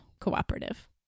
cooperative